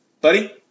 Buddy